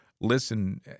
listen